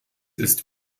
ist